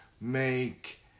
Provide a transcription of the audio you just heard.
make